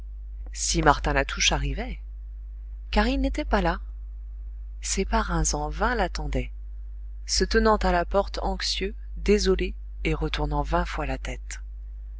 si martin latouche arrivait car il n'était pas là ses parrains en vain l'attendaient se tenant à la porte anxieux désolés et retournant vingt fois la tête